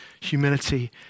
humility